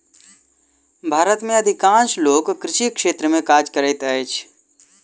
भारत में अधिकांश लोक कृषि क्षेत्र में काज करैत अछि